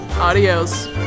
adios